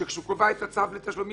שכאשר הוא קבע את הצו לתשלומים,